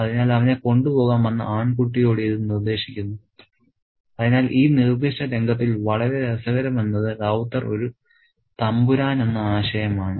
അതിനാൽ അവനെ കൊണ്ടുപോകാൻ വന്ന ആൺകുട്ടിയോട് ഇത് നിർദ്ദേശിക്കുന്നു അതിനാൽ ഈ നിർദ്ദിഷ്ട രംഗത്തിൽ വളരെ രസകരം എന്നത് റൌത്തർ ഒരു തമ്പുരാൻ എന്ന ആശയമാണ്